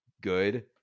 good